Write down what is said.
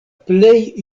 plej